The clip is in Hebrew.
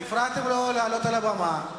הפרעתם לו לעלות על הבמה.